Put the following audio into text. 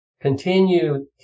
continue